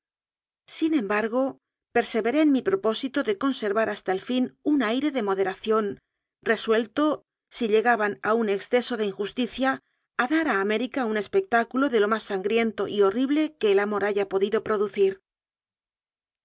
sin embargo perseveré en mi propósito de conservar hasta el fin un aire de moderación resuelto si llegaban a un exceso de injusticia a dar a américa un espectáculo de lo más sangriento y horrible que el amor haya po dido producir